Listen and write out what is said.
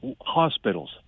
hospitals